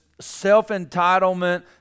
Self-entitlement